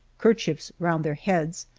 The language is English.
kerchiefs round their heads,